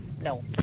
no